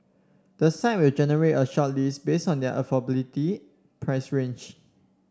the site will generate a shortlist based on their affordability price range